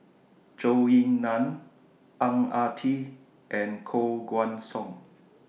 Zhou Ying NAN Ang Ah Tee and Koh Guan Song